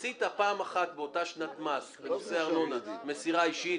עשית פעם אחת באותה שנת מס בנושא ארנונה מסירה אישית,